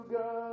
go